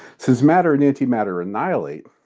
since matter and antimatter annihilate,